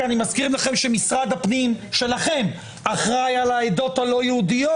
כי משרד הפנים בראשותכם אחראי על העדות הלא-יהודיות,